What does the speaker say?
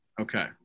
Okay